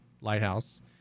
Lighthouse